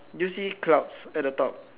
do you clouds at the top